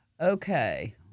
okay